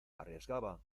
arriesgaba